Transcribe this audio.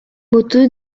moto